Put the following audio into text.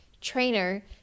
trainer